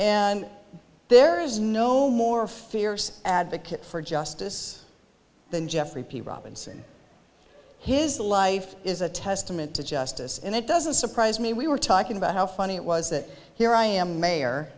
and there is no more a fierce advocate for justice than jeffrey robinson his the life is a testament to justice and it doesn't surprise me we were talking about how funny it was that here i am mayor